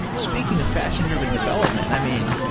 speaking of fashion-driven development, i mean,